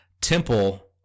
Temple